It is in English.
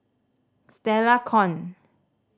Stella Kon